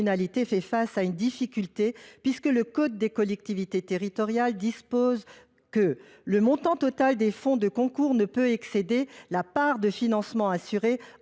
fait face à une difficulté, puisque le code général des collectivités territoriales dispose que « le montant total des fonds de concours ne peut excéder la part du financement assuré,